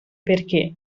perché